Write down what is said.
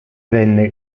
venne